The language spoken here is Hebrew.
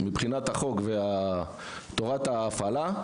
מבחינת החוק ותורת ההפעלה,